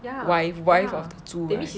wife wife of the 猪 right